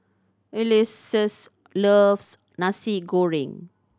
Ulysses loves Nasi Goreng